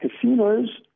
casinos